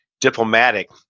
diplomatic